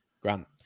Grant